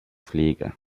pflege